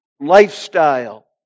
lifestyle